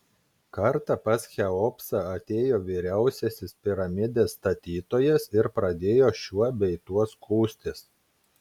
kartą pas cheopsą atėjo vyriausiasis piramidės statytojas ir pradėjo šiuo bei tuo skųstis